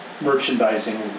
merchandising